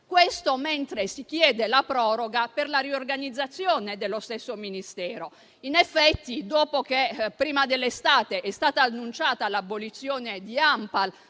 questo mentre si chiede la proroga per la riorganizzazione dello stesso Ministero. In effetti, dopo che, prima dell’estate, era stata annunciata l’abolizione